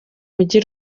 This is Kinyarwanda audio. mujyi